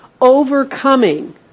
overcoming